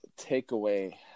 takeaway